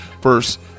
first